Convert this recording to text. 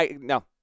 No